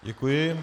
Děkuji.